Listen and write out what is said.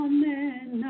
Amen